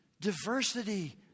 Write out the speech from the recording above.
diversity